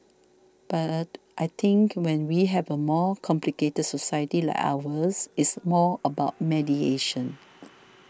but I think when we have a more complicated society like ours it's more about mediation